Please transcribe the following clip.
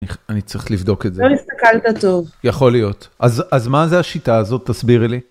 אני צריך לבדוק את זה. לא הסתכלת טוב. יכול להיות. אז, אז מה זה השיטה הזאת? תסבירי לי.